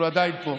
אנחנו עדיין פה.